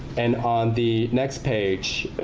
and on the next page,